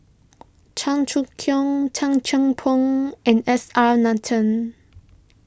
Cheong Choong Kong Tan Cheng and S R Nathan